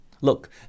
Look